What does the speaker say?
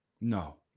No